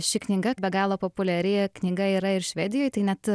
ši knyga be galo populiari knyga yra ir švedijoj tai net